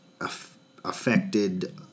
affected